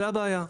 זו הבעיה.